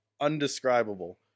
undescribable